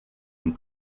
and